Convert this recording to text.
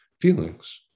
feelings